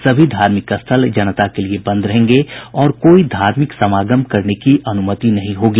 सभी धार्मिक स्थल जनता के लिए बंद रहेंगे और कोई धार्मिक समागम करने की अनुमति नहीं होगी